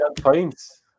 points